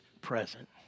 present